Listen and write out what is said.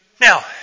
Now